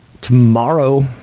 tomorrow